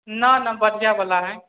न न बढ़िऑं बला हय